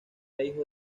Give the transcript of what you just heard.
hijo